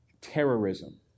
Terrorism